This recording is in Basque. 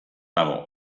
dago